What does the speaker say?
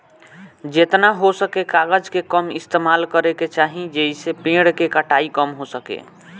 जेतना हो सके कागज के कम इस्तेमाल करे के चाही, जेइसे पेड़ के कटाई कम हो सके